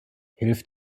hilft